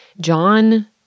John